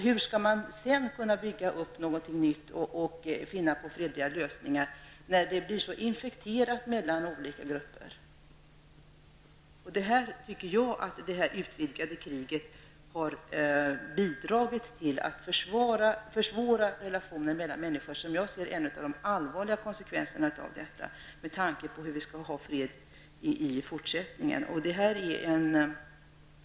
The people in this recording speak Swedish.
Hur skall det gå att bygga upp något nytt och finna på fredliga lösningar när det blir så infekterat mellan olika grupper? Jag tycker att det utvidgade kriget har bidragit till att försvåra relationer mellan människor. Det är en av de allvarliga konsekvenser med tanke på möjligheterna att bevara fred i fortsättningen.